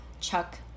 chuck